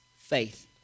faith